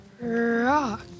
Rock